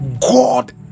god